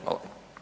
Hvala.